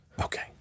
Okay